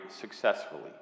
successfully